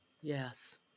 Yes